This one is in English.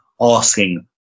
Asking